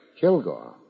Kilgore